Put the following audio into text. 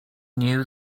knew